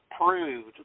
approved